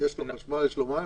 יש לו חשמל ויש לו מים.